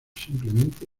simplemente